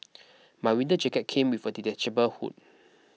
my winter jacket came with a detachable hood